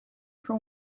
for